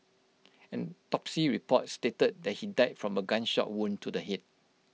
an autopsy report stated he died from A gunshot wound to the Head